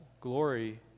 glory